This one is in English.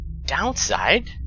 downside